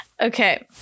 Okay